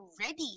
ready